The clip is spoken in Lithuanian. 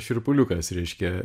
šiurpuliukas reiškia